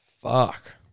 fuck